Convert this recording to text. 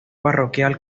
parroquial